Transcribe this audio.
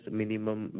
minimum